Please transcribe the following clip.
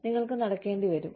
നിങ്ങൾക്ക് നടക്കേണ്ടി വരും